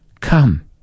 Come